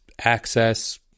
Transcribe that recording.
access